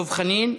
דב חנין.